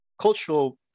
cultural